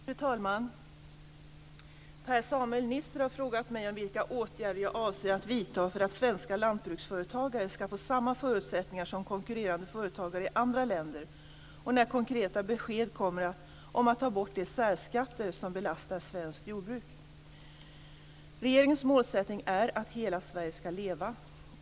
Fru talman! Per-Samuel Nisser har frågat mig vilka åtgärder jag avser att vidta för att svenska lantbruksföretagare skall få samma förutsättningar som konkurrerande företagare i andra länder och när konkreta besked kommer om att ta bort de särskatter som belastar svenskt lantbruk. Regeringens målsättning är att hela Sverige skall leva.